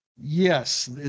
Yes